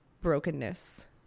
brokenness